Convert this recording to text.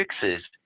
fixes